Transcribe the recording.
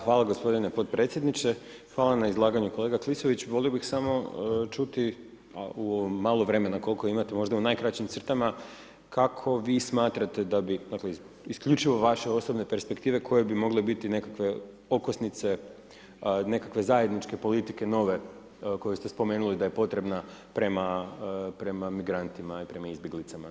Hvala gospodine podpredsjedniče, hvala na izlaganju kolega Klisović, volio bih samo čuti u ovo malo vremena kolko imate možda u najkraćim crtama kako vi smatrate da bi dakle isključivo vaše osobne perspektive koje bi mogle nekakve okosnice nekakve zajedničke politike nove koje ste spomenuli da je potrebna prema migrantima i prema izbjeglicama.